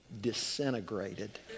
disintegrated